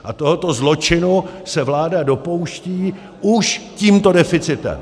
A tohoto zločinu se vláda dopouští už tímto deficitem!